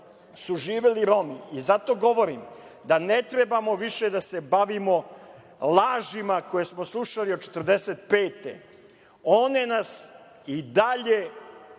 su živeli Romi i zato govorim da ne treba više da se bavimo lažima koje smo slušali od 1945. godine. One nas i dalje